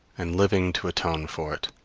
and living to atone for it.